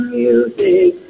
music